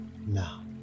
now